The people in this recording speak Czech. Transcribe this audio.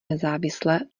nezávisle